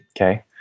Okay